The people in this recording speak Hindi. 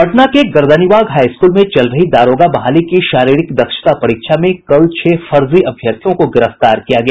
पटना के गर्दनीबाग हाई स्कूल में चल रही दारोगा बहाली की शारीरिक दक्षता परीक्षा में कल छह फर्जी अभ्यर्थियों को गिरफ्तार किया गया